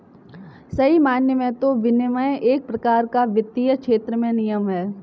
सही मायने में तो विनियमन एक प्रकार का वित्तीय क्षेत्र में नियम है